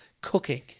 cooking